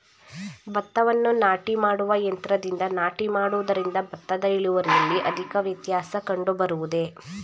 ಭತ್ತವನ್ನು ನಾಟಿ ಮಾಡುವ ಯಂತ್ರದಿಂದ ನಾಟಿ ಮಾಡುವುದರಿಂದ ಭತ್ತದ ಇಳುವರಿಯಲ್ಲಿ ಅಧಿಕ ವ್ಯತ್ಯಾಸ ಕಂಡುಬರುವುದೇ?